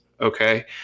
Okay